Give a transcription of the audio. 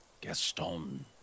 Gaston